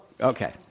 Okay